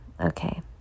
okay